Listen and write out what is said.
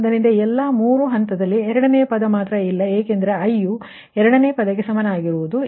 ಆದ್ದರಿಂದ ಎಲ್ಲಾ 3 ಹಂತದಲ್ಲಿ ಎರಡನೆಯ ಪದ ಮಾತ್ರ ಇಲ್ಲ ಏಕೆಂದರೆ i ಯು 2 ನೇ ಪದಕ್ಕೆ ಸಮನಾಗಿರುತ್ತದೆ